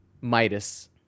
Midas